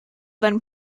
then